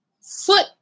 foot